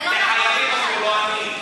זה לא נכון,